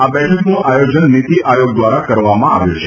આ બેઠકનું આયોજન નીતી આયોગ દ્વારા કરવામાં આવ્યું છે